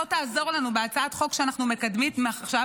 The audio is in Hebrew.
בוא תעזור לנו בהצעת חוק שאנחנו מקדמים עכשיו,